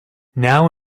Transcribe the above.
now